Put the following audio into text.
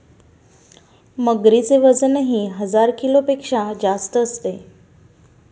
मगरीचे वजनही हजार किलोपेक्षा जास्त असते